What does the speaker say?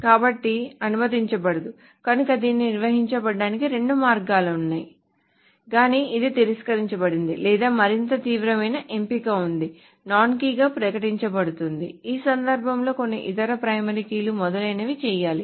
కాబట్టి అది అనుమతించబడదు కనుక దీనిని నిర్వహించడానికి రెండు మార్గాలు ఉన్నాయి గాని ఇది తిరస్కరించబడింది లేదా మరింత తీవ్రమైన ఎంపిక ఉంది ఇది నాన్ కీ గా ప్రకటించబడుతుంది ఈ సందర్భంలో కొన్ని ఇతర ప్రైమరీ కీలు మొదలైనవి చేయాలి